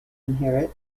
inherit